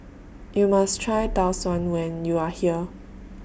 YOU must Try Tau Suan when YOU Are here